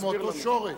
לא, זה מאותו שורש.